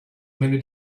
many